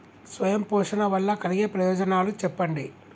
స్వయం పోషణ వల్ల కలిగే ప్రయోజనాలు చెప్పండి?